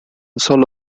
solo